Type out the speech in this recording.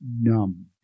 numb